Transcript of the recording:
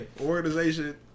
organization